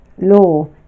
law